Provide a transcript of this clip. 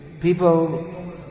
people